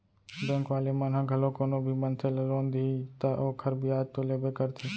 bank वाले मन ह घलोक कोनो भी मनसे ल लोन दिही त ओखर बियाज तो लेबे करथे